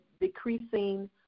decreasing